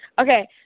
Okay